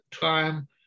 time